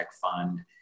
fund